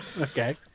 Okay